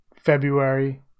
February